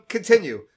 Continue